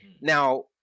Now